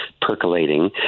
percolating